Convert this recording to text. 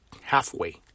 halfway